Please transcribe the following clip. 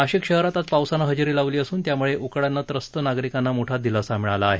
नाशिक शहरात आज पावसाने हजेरी लावली असून त्याम्ळे उकाड्याने त्रस्त नागरिकांना मोठा दिलासा मिळाला आहे